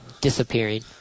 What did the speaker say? disappearing